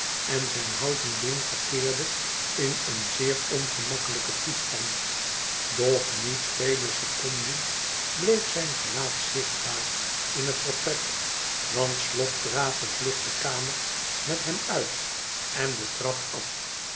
en zijn houten been verkeerde in een zeer ongemakkelijken toestand doch niet vele seconden bleef zijn gelaat zichtbaar in het vertrek want slop draafde vlug de kamer met hem uit en de trap a